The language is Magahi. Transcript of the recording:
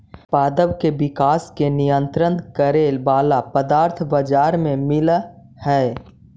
पादप के विकास के नियंत्रित करे वाला पदार्थ बाजार में मिलऽ हई